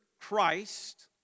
Christ